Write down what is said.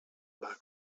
about